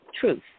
Truth